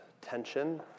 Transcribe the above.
tension